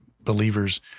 believers